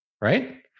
right